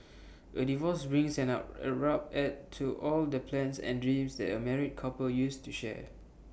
A divorce brings an up abrupt end to all the plans and dreams that A married couple used to share